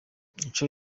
ico